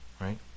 right